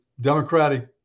Democratic